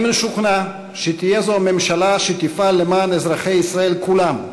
אני משוכנע שתהיה זו ממשלה שתפעל למען אזרחי ישראל כולם,